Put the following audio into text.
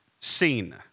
seen